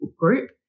group